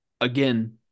Again